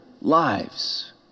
lives